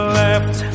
left